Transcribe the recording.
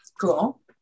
Cool